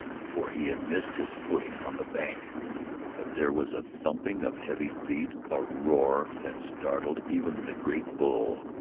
for he had missed his footing on the bank but there was a thumping of heavy feet, a roar that startled even the great bull,